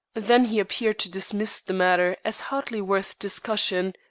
then he appeared to dismiss the matter as hardly worth discussion,